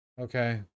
Okay